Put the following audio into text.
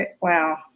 wow